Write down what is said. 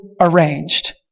Arranged